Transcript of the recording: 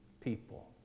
people